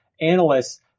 analysts